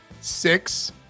six